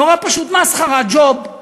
נורא פשוט: מסחרה, ג'וב,